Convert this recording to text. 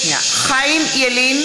(קוראת בשמות חברי הכנסת) חיים ילין,